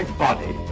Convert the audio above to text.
body